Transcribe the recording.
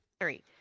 Three